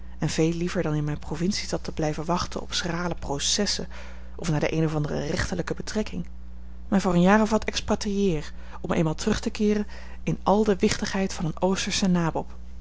en veel liever dan in mijne provinciestad te blijven wachten op schrale processen of naar de eene of andere rechterlijke betrekking mij voor een jaar of wat expatrieer om eenmaal terug te keeren in al de wichtigheid van een oosterschen nabob